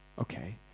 Okay